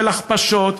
של הכפשות,